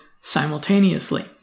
simultaneously